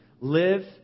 live